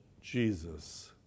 Jesus